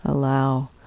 Allow